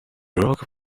rock